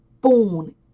born